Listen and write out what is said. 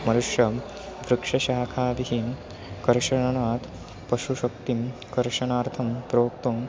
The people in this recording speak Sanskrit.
मनुष्यं वृक्षशाखाभिः कर्षणात् पशुशक्तिं कर्षणार्थं प्रोक्तुं